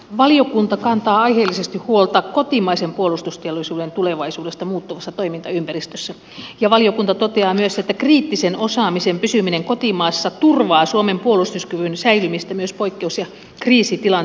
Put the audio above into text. valiokunta kantaa aiheellisesti huolta kotimaisen puolustusteollisuuden tulevaisuudesta muuttuvassa toimintaympäristössä ja valiokunta toteaa myös että kriittisen osaamisen pysyminen kotimaassa turvaa suomen puolustuskyvyn säilymistä myös poikkeus ja kriisitilanteissa